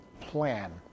plan